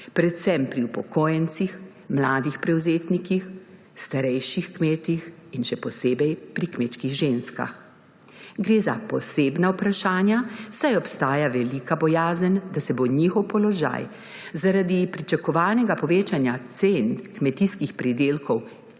predvsem pri upokojencih, mladih prevzemnikih, starejših kmetih in še posebej pri kmečkih ženskah. Gre za posebna vprašanja, saj obstaja velika bojazen, da se bo njihov položaj zaradi pričakovanega povečanja cen kmetijskih pridelkov in